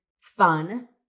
fun